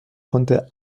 konnte